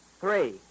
three